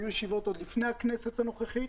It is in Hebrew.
היו ישיבות עוד לפני הכנסת הנוכחית,